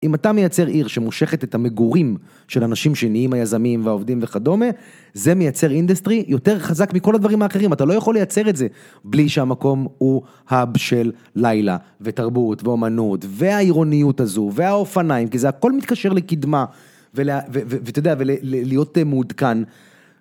אם אתה מייצר עיר שמושכת את המגורים של אנשים שנהיים היזמיים והעובדים וכדומה זה מייצר אינדסטרי יותר חזק מכל הדברים האחרים אתה לא יכול לייצר את זה בלי שהמקום הוא hub של לילה ותרבות ואומנות והעירוניות הזו והאופניים כי זה הכל מתקשר לקדמה ואתה יודע ולהיות מעודכן